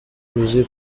uzi